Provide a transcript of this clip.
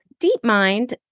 DeepMind